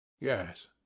Yes